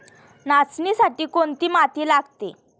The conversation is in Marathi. नाचणीसाठी कोणती माती लागते?